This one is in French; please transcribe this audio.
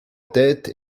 tête